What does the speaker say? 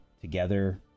together